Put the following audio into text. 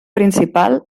principal